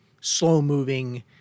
slow-moving